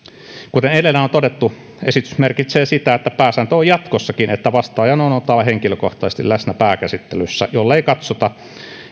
kuten edellä on todettu esitys merkitsee sitä että pääsääntö on jatkossakin että vastaajan on oltava henkilökohtaisesti läsnä pääkäsittelyssä jollei katsota